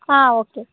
ஆ okay